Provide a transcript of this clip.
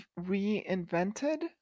reinvented